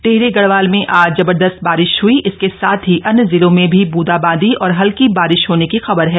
टिहरी गढ़वाल में आज जबरदस्त बारिश हयी इसके साथ ही अन्य जिलों में भी ब्रंदा बांदी और हल्की बारिश होने की खबर है